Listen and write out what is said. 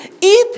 eat